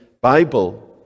Bible